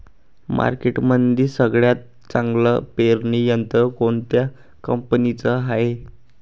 मार्केटमंदी सगळ्यात चांगलं पेरणी यंत्र कोनत्या कंपनीचं हाये?